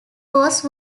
was